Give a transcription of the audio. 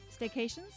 staycations